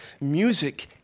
music